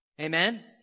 Amen